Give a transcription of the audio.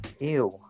Ew